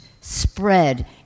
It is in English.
spread